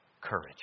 courage